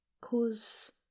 Cause